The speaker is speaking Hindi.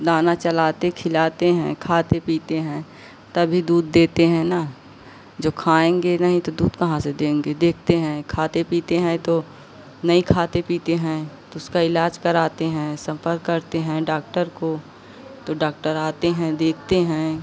दाना चलाते खिलाते हैं खाते पीते हैं तभी दूध देते हैं न जो खाएँगे नहीं तो दूध कहाँ से देंगे देखते हैं खाते पीते हैं तो नहीं खाते पीते हैं तो उसका इलाज कराते हैं सम्पर्क करते हैं डाक्टर को तो डाक्टर आते हैं देखते हैं